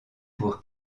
pour